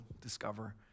discover